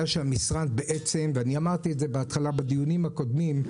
ואמרתי את זה בדיונים הקודמים.